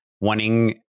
wanting